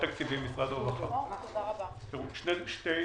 שתי תשובות.